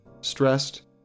stressed